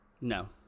No